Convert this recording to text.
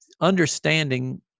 understanding